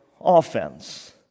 offense